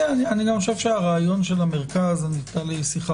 אני גם חושב שהרעיון של המרכז היתה לי שיחה